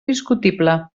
discutible